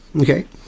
okay